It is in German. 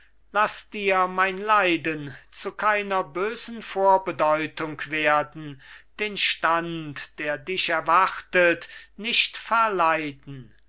laß dir mein leiden zu keiner bösen vorbedeutung werden den stand der dich erwartet nicht verleiden